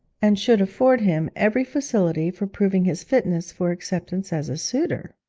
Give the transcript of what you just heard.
and should afford him every facility for proving his fitness for acceptance as a suitor.